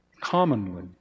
commonly